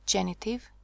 Genitive